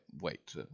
wait